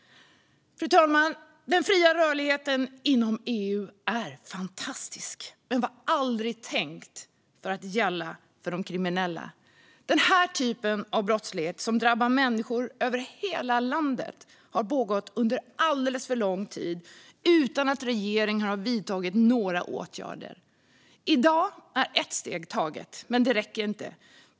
Fru talman! Den fria rörligheten inom EU är fantastisk, men den var aldrig tänkt att gälla för de kriminella. Det slags brottslighet som drabbar människor över hela landet har pågått under alldeles för lång tid utan att regeringen har vidtagit några åtgärder. I dag är ett steg taget, men det räcker inte.